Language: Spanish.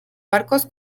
barcos